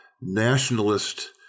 nationalist